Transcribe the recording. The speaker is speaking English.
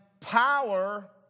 power